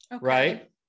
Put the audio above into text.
Right